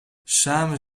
samen